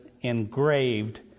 engraved